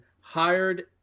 hired